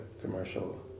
commercial